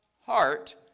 heart